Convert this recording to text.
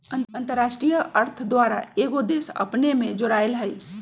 अंतरराष्ट्रीय अर्थ द्वारा कएगो देश अपने में जोरायल हइ